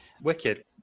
Wicked